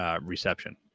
Reception